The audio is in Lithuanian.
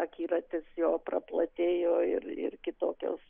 akiratis jo praplatėjo ir ir kitokios